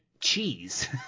cheese